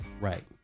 Right